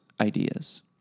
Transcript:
ideas